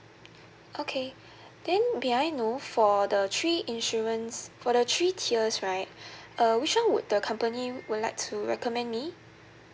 okay then may I know for the three insurance for the three tiers right uh which one would the company would like to recommend me